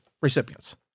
recipients